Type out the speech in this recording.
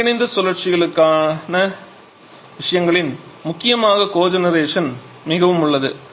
ஒருங்கிணைந்த சுழற்சிகளுக்கான விஷயங்களின் முக்கியமாக கோஜெனரேஷன் மிகவும் உள்ளது